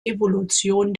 evolution